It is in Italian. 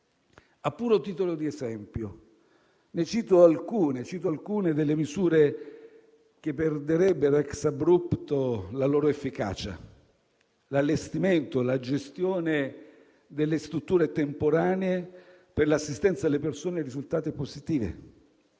A puro titolo di esempio cito alcune delle misure che perderebbero *ex abrupto* la loro efficacia: l'allestimento e la gestione delle strutture temporanee per l'assistenza alle persone risultate positive;